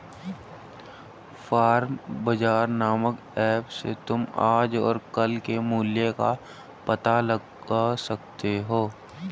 farmer Bazaar नामक app से तुम आज और कल के मूल्य का पता लगा सकते हो